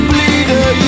Bleeder